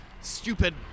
stupid